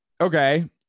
Okay